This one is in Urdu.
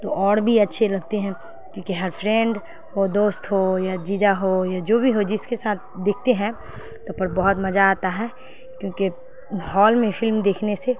تو اور بھی اچھے لگتے ہیں کیونکہ ہر فرینڈ ہو دوست ہو یا جیجا ہو یا جو بھی ہو جس کے ساتھ دیکھتے ہیں تو پر بہت مزہ آتا ہے کیونکہ ہال میں فلم دیکھنے سے